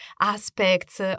aspects